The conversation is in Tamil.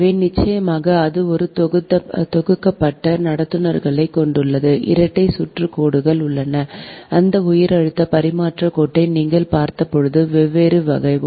எனவே நிச்சயமாக அது ஒரு தொகுக்கப்பட்ட நடத்துனர்களைக் கொண்டுள்ளது இரட்டை சுற்று கோடுகள் உள்ளன அந்த உயர் அழுத்த பரிமாற்றக் கோட்டை நீங்கள் பார்த்தபோது வெவ்வேறு வகை